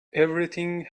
everything